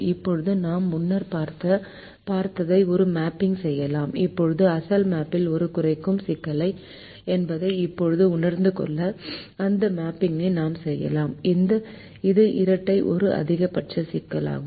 இப்போது நாம் முன்னர் பார்த்ததை ஒரு மேப்பிங் செய்யலாம் இப்போது அசல் மேப்பல் ஒரு குறைக்கும் சிக்கல் என்பதை இப்போது உணர்ந்துள்ள அந்த மேப்பிங்கை நாம் செய்யலாம் இது இரட்டை ஒரு அதிகபட்ச சிக்கலாகும்